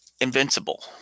invincible